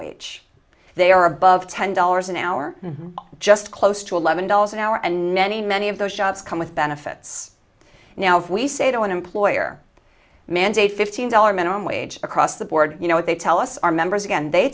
wage they are above ten dollars an hour just close to eleven dollars an hour and many many of those jobs come with benefits now if we say to an employer mandate fifteen dollars minimum wage across the board you know what they tell us our members again they